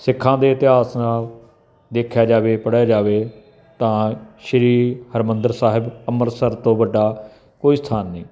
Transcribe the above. ਸਿੱਖਾਂ ਦੇ ਇਤਿਹਾਸ ਨਾਲ ਦੇਖਿਆ ਜਾਵੇ ਪੜ੍ਹਿਆ ਜਾਵੇ ਤਾਂ ਸ਼੍ਰੀ ਹਰਿਮੰਦਰ ਸਾਹਿਬ ਅੰਮ੍ਰਿਤਸਰ ਤੋਂ ਵੱਡਾ ਕੋਈ ਸਥਾਨ ਨਹੀਂ